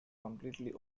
completely